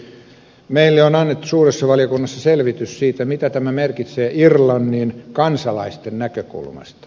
meille on annettu suuressa valiokunnassa selvitys siitä mitä tämä merkitsee irlannin kansalaisten näkökulmasta